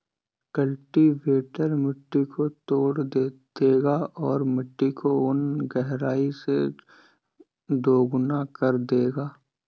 cultivator मिट्टी को तोड़ देगा और मिट्टी को उन गहराई से दोगुना कर देगा